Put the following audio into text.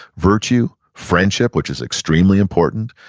virtue, friendship, which is extremely important.